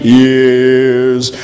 years